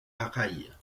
rail